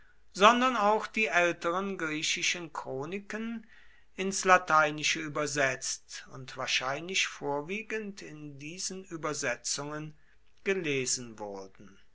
sondern auch die älteren griechischen chroniken ins lateinische übersetzt und wahrscheinlich vorwiegend in diesen übersetzungen gelesen wurden